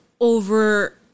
over